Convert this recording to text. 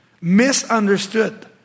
Misunderstood